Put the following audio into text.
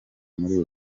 muri